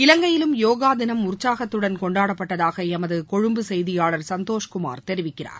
இலங்கையிலும் யோகா தினம் உற்சாகத்துடன் கொண்டாடப்பட்டதாக எமது கொழும்பு செய்தியாளர் சந்தோஷ்குமார் தெரிவிக்கிறார்